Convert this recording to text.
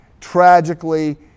tragically